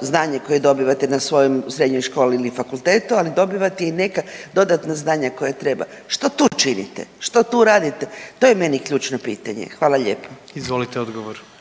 znanje koje dobivate u svojoj srednjoj školi ili fakultetu ali dobivate i neka dodatna znanja koja treba. Što tu činite? Što su radite to je meni ključno pitanje. Hvala lijepa. **Jandroković,